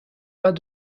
pas